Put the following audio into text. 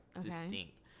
distinct